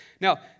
Now